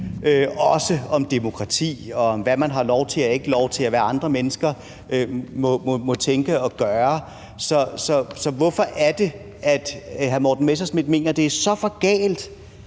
også om demokrati og om, hvad man har lov til og ikke lov til, og om, hvad andre mennesker må tænke og gøre. Så hvorfor er det, at hr. Morten Messerschmidt mener, at det er for galt,